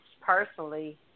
personally